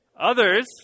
others